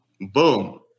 Boom